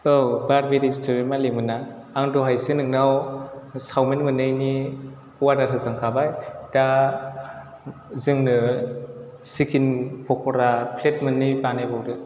औ बार्बि रेस्टुरेन्ट मालिकमोन ना आं दहायसो नोंनाव चावमिन मोननैनि अर्दार होखांखाबाय दा जोंनो सिकेन पकरा प्लेट मोननै बानायबावदो